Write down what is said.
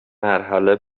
مرحله